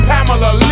Pamela